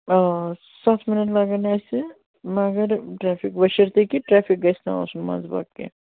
آ سَتھ مِنٹ لَگَن اَسہِ مگر ٹریفِک بشرطٕ کہ ٹریفِک گژھِ نہٕ آسُن منٛزٕباگ کیٚنٛہہ